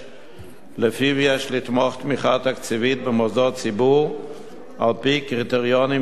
שלפיו יש לתמוך תמיכה תקציבית במוסדות ציבור על-פי קריטריונים ידועים,